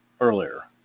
earlier